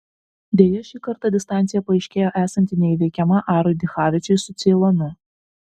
deja šį kartą distancija paaiškėjo esanti neįveikiama arui dichavičiui su ceilonu